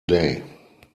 day